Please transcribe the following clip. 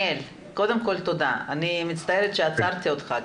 תודה, אני מצטערת שעצרתי אותך.